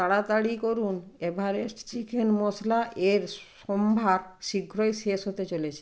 তাড়াতাড়ি করুন Everest chicken masala এর সম্ভার শীঘ্রই শেষ হতে চলেছে